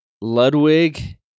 Ludwig